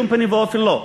בשום פנים ואופן לא.